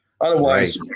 Otherwise